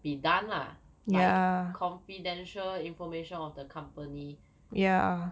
be done lah like confidential information of the company